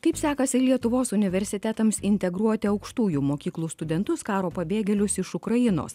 kaip sekasi lietuvos universitetams integruoti aukštųjų mokyklų studentus karo pabėgėlius iš ukrainos